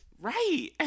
Right